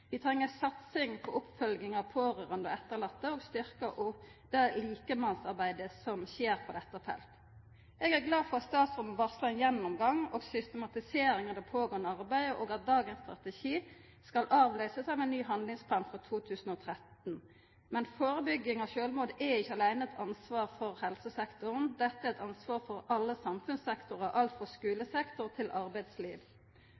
Vi treng ei satsing på oppfølging av pårørande og etterlatne og å styrkja opp om det likemannsarbeidet som skjer på dette feltet. Eg er glad for at statsråden varslar ein gjennomgang og ei systematisering av det pågåande arbeidet, og at dagens strategi skal avløysast av ein ny handlingsplan for 2013. Men førebygging av sjølvmord er ikkje aleine eit ansvar for helsesektoren. Dette er eit ansvar for alle samfunnssektorar, alt frå